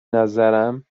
نظرم